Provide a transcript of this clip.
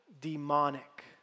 demonic